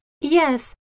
Yes